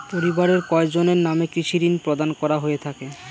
পরিবারের কয়জনের নামে কৃষি ঋণ প্রদান করা হয়ে থাকে?